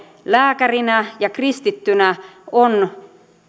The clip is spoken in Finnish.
lääkärinä ja kristittynä on